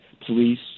police